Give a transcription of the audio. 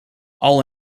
all